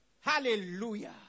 Hallelujah